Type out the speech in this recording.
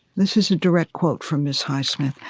this is a direct quote from miss highsmith.